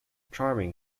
charming